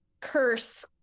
curse